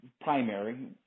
primary